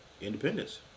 Independence